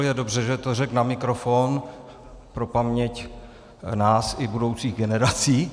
Je dobře, že to řekl na mikrofon pro paměť nás i budoucích generací.